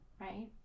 Right